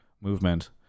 movement